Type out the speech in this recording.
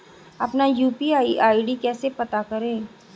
अपना UPI ID कैसे पता करें?